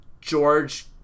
George